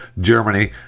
Germany